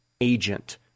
agent